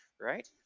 right